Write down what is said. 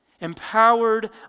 empowered